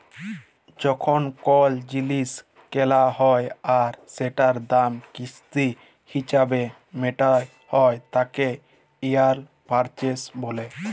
যখল কল জিলিস কেলা হ্যয় আর সেটার দাম কিস্তি হিছাবে মেটাল হ্য়য় তাকে হাইয়ার পারচেস ব্যলে